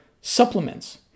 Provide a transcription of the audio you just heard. supplements